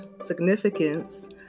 significance